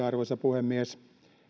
arvoisa puhemies